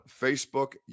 Facebook